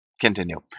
Continue